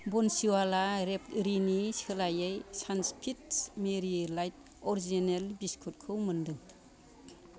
बन्सिवाला रेबरिनि सोलायै Sunfeast Marie light original बिस्कुटखौ मोनदों